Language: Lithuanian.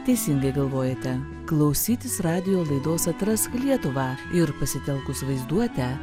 teisingai galvojate klausytis radijo laidos atrask lietuvą ir pasitelkus vaizduotę